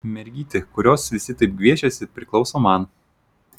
mergytė kurios visi taip gviešiasi priklauso man